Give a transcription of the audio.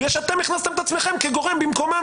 בגלל שאתם הכנסתם את עצמכם כגורם במקומם,